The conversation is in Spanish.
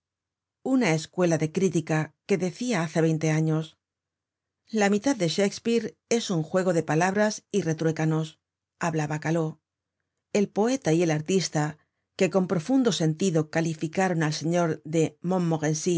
üda escuela de crítica que decia hace veinte años la mitad de shakspeare es un juego de palabras y retruécanos hablaba caló el poeta y el artista que con profundo sentido calificaron al señor de